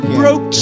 broke